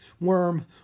Worm